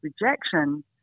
rejection